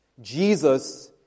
Jesus